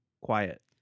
quiet